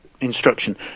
instruction